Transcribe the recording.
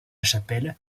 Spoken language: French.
chapelle